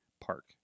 park